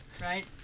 right